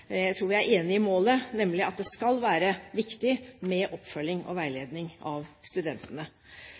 Jeg tror vi er enige om målet, nemlig at det skal være viktig med oppfølging og veiledning av studentene.